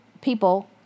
people